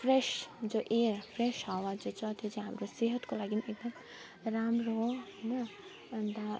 fresh जो air fresh हावा जो छ त्यो चाहिँ हाम्रो सेहतको लागि एकदमै राम्रो हो होइन अन्त